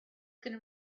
going